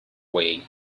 way